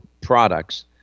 products